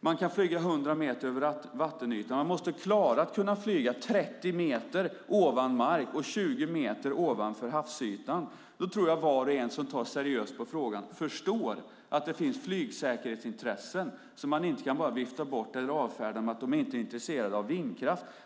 Man kan flyga 100 meter över vattenytan. Man måste klara att kunna flyga 30 meter ovan mark och 20 meter ovanför havsytan. Då tror jag att var och en som tar seriöst på frågan förstår att det finns flygsäkerhetsintressen som man inte bara kan vifta bort eller avfärda med att Försvarsmakten inte är intresserad av vindkraft.